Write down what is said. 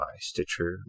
Stitcher